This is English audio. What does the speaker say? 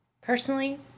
Personally